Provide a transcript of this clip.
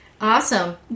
Awesome